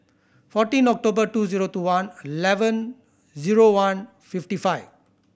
fourteen October two zero two one eleven zero one fifty five